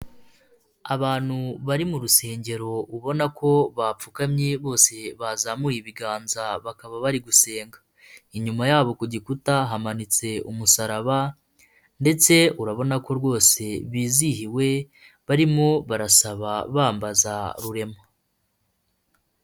Abantu bari mu rusengero ubona ko bapfukamye bose bazamuye ibiganza bakaba bari gusenga, inyuma yabo ku gikuta hamanitse umusaraba ndetse urabona ko rwose bizihiwe barimo barasaba bambaza rurema.